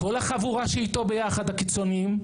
כל החבורה שאיתו ביחד הקיצוניים,